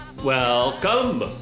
Welcome